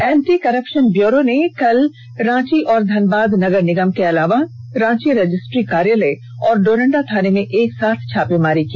anti corruption bureau ने कल रांची और धनबाद नगर निगम के अलावा रांची रजिस्ट्री कार्यालय और डोरंडा थाना में एक साथ छापेमारी की